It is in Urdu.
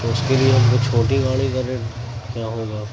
تو اس کے لیے ہم کو چھوٹی گاڑی کا ریٹ کیا ہوگا